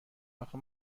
آخه